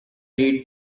read